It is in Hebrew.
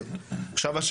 יש סמכויות של שוטר.